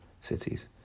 cities